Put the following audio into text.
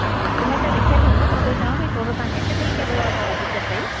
हा लिस्ट में त लिखियल हूंदो मां पई चवां भई थोरो तव्हां हिंट ॾेई छॾियो आ त वधीक सई